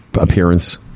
Appearance